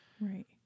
Right